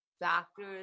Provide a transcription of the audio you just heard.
doctors